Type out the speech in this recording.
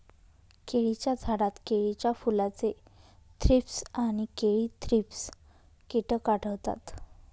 केळीच्या झाडात केळीच्या फुलाचे थ्रीप्स आणि केळी थ्रिप्स कीटक आढळतात